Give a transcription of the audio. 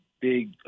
big